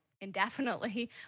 indefinitely